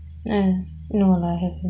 oh no lah I haven't